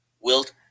Wilt